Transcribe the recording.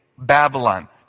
Babylon